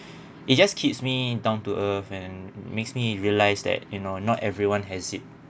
it just keeps me down to earth and makes me realize that you know not everyone has it